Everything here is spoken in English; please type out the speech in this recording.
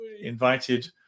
invited